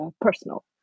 personal